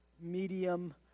medium